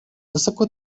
высоко